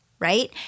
right